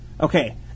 Okay